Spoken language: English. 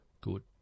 Good